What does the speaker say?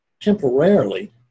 temporarily